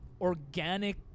organic